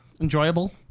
Enjoyable